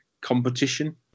competition